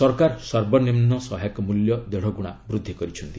ସରକାର ସର୍ବନିମ୍ନ ସହାୟକ ମୂଲ୍ୟ ଦେଢ଼ଗୁଣା ବୃଦ୍ଧି କରିଛନ୍ତି